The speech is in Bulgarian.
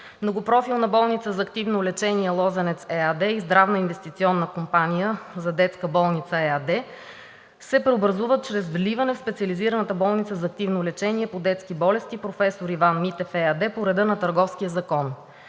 Многопрофилна болница за активно лечение „Лозенец“ ЕАД и „Здравна инвестиционна компания за детска болница“ ЕАД се преобразуват чрез вливане в Специализираната болница за активно лечение по детски болести „Професор д-р Иван Митев“ ЕАД по реда на Търговския закон.